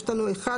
יש לנו (1),